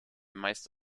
meist